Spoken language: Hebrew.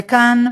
וכאן,